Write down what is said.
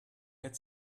had